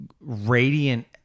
radiant